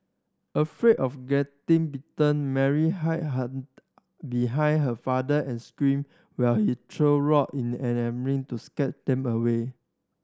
afraid of getting bitten Mary hide behind her father and screamed while he threw rock in an to scare them away